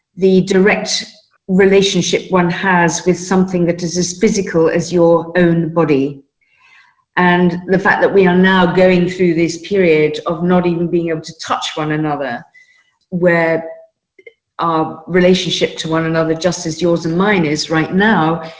the direct relationship one has with something that is as physical as your own body and the fact that we are now going through these periods of not even being able to touch one another where relationship to one another, just as yours and mine is right now,